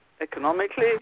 economically